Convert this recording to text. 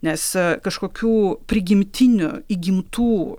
nes kažkokių prigimtinių įgimtų